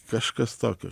kažkas tokio